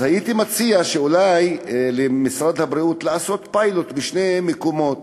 הייתי מציע שמשרד הבריאות יעשה פיילוט בשני מקומות.